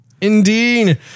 Indeed